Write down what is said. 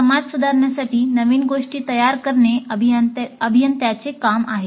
समाज सुधारण्यासाठी नवीन गोष्टी तयार करणे अभियंत्याचे काम आहे